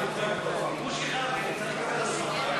לסעיף 9 לא נתקבלה.